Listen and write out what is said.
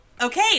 okay